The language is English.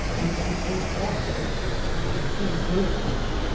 and to convince wall street that they're still a growth story.